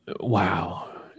Wow